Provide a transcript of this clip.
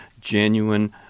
genuine